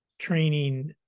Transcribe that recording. training